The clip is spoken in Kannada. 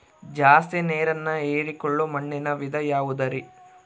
ಜಾಸ್ತಿ ನೇರನ್ನ ಹೇರಿಕೊಳ್ಳೊ ಮಣ್ಣಿನ ವಿಧ ಯಾವುದುರಿ?